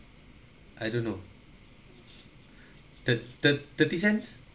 I don't know thir~ thir~ thirty cents